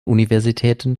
universitäten